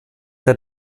der